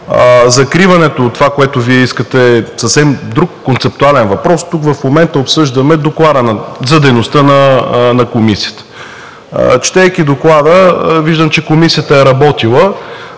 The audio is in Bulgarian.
Закриването, това, което Вие искате, е съвсем друг концептуален въпрос. Тук в момента обсъждаме Доклада за дейността на Комисията. Четейки Доклада, виждам, че Комисията е работила